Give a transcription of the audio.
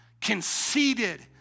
conceited